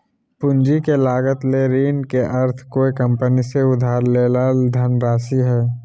पूंजी के लागत ले ऋण के अर्थ कोय कंपनी से उधार लेल धनराशि हइ